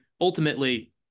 ultimately